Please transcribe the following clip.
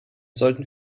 sollten